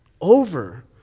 over